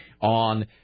on